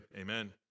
amen